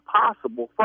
possible